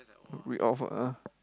read off ah